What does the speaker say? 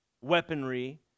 weaponry